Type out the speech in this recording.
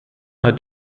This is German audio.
hat